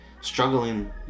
struggling